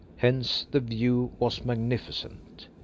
hence the view was magnificent.